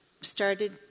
started